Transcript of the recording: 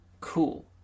Cool